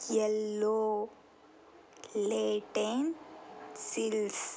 yellow lentils